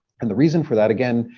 and the reason for that, again,